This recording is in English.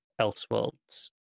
Elseworlds